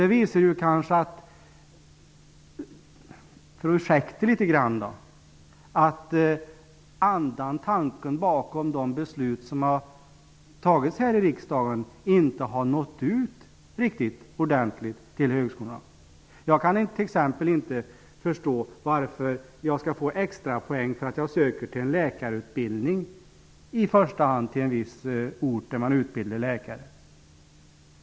Det visar kanske -- ni får ursäkta litet -- att tanken bakom de beslut som har fattats här i riksdagen inte har nått ut riktigt ordentligt till högskolorna. Jag kan t.ex. inte förstå varför jag skall få extra poäng för att jag i första hand söker till en läkarutbildning på en viss ort där man utbildar läkare.